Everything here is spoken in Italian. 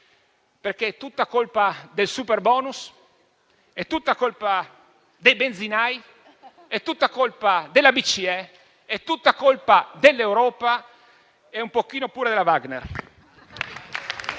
perché è tutta colpa del superbonus, è tutta colpa dei benzinai, è tutta colpa della BCE, è tutta colpa dell'Europa e un pochino pure della Wagner.